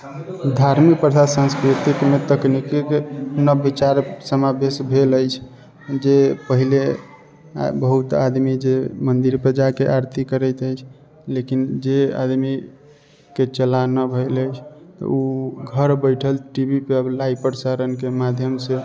धार्मिक संस्कृतिक मे तकनीकी के नव बिचार समावेश भेल अछि जे पहिले बहुत आदमी जे मन्दिर पे जा के आरती करैत अछि लेकिन जे आदमी के चलऽ नहि भेल अछि तऽ ओ घर बैठल टी वी पे लाइव प्रसारण के माध्यम से